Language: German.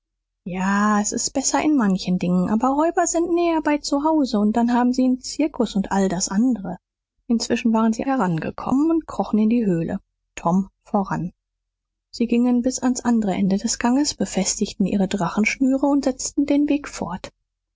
ja s ist besser in manchen dingen aber räuber sind näher bei zu hause und dann haben sie n zirkus und all das andere inzwischen waren sie herangekommen und krochen in die höhle tom voran sie gingen bis ans andere ende des ganges befestigten ihre drachenschnüre und setzten den weg fort